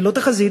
ללא תחזית,